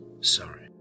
sorry